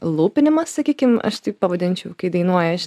lupinimas sakykim aš taip pavadinčiau kai dainuoja žinai